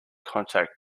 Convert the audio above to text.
contact